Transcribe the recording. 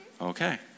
Okay